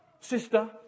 sister